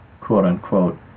quote-unquote